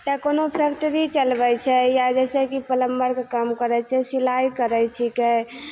या कोनो फैक्ट्री चलबै छै या जैसे की पलम्बरके काम करै छै सिलाइ करै छिकै